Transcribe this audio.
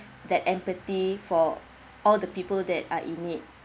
that empathy for all the people that are in it